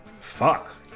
fuck